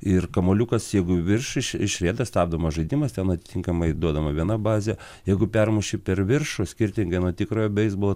ir kamuoliukas jeigu virš iš išrieda stabdomas žaidimas ten atitinkamai duodama viena bazė jeigu permuši per viršų skirtingai nuo tikrojo beisbolo